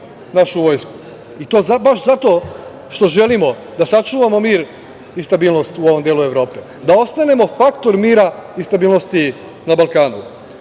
našu vojsku, i to baš zato što želimo da sačuvamo mir i stabilnost u ovom delu Evrope, da ostanemo faktor mira i stabilnosti na Balkanu.